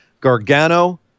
Gargano